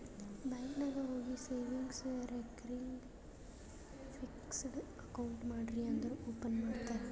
bank ನಾಗ್ ಹೋಗಿ savings, recurring, fixed account ಮಾಡ್ರಿ ಅಂದುರ್ ಓಪನ್ ಮಾಡ್ತಾರ್